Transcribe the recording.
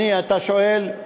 אתה שואל,